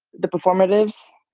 the performative.